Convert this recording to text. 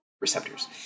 receptors